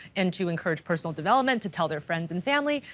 and to encourage personal development to tell their friends and family,